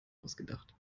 ausgedacht